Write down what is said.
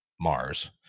Mars